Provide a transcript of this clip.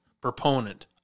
proponent